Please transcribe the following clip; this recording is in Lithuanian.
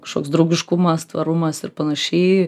kažkoks draugiškumas tvarumas ir panašiai